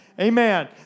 Amen